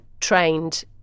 trained